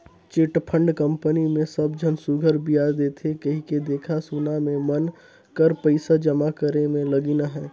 chit fund company मे सब झन सुग्घर बियाज देथे कहिके देखा सुना में मन कर पइसा जमा करे में लगिन अहें